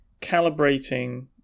calibrating